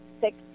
six